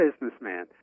businessman